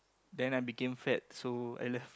then I became fat so I left